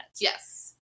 yes